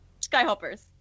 Skyhoppers